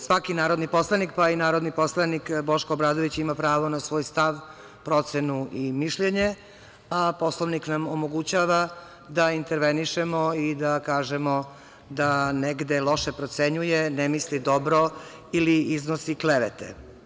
Svaki narodni poslanik, pa i narodni poslanik Boško Obradović ima pravo na svoj stav, procenu i mišljenje, a Poslovnik omogućava da intervenišemo i da kažemo da negde loše procenjuje, ne misli dobro ili iznosi klevete.